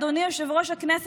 אדוני יושב-ראש הכנסת,